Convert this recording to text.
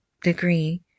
degree